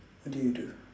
what did you do